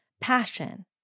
passion